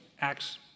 Acts